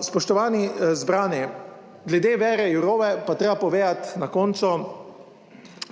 Spoštovani zbrani! Glede Věre Jourove pa je treba povedati na koncu,